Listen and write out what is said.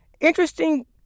Interesting